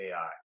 AI